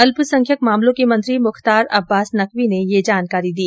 अल्पसंख्यक मामलों के मंत्री मुख्तार अब्बास नकवी ने ये जानकारी दी